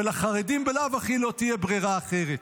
ולחרדים בלאו הכי לא תהיה ברירה אחרת.